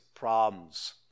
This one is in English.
problems